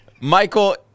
Michael